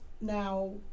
now